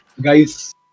guys